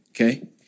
Okay